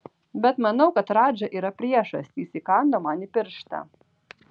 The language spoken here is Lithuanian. bet manau kad radža yra priešas jis įkando man į pirštą